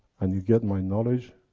and you get my knowledge,